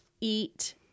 eat